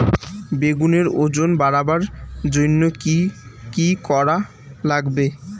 বেগুনের ওজন বাড়াবার জইন্যে কি কি করা লাগবে?